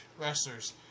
wrestlers